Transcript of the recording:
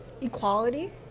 equality